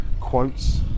quotes